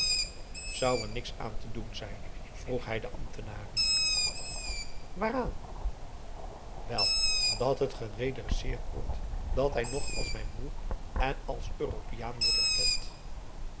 zou er niks aan te doen zijn vroeg hij de ambtenaren waaraan wel dat het geredresseerd wordt dat hij nog als mijn broer en als europeaan wordt erkend